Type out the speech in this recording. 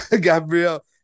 Gabriel